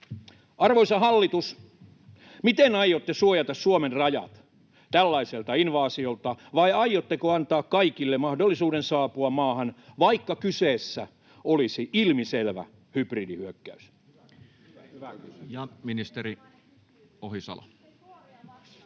Arvoisa hallitus, miten aiotte suojata Suomen rajat tällaiselta invaasiolta, vai aiotteko antaa kaikille mahdollisuuden saapua maahan, vaikka kyseessä olisi ilmiselvä hybridihyökkäys?